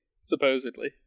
supposedly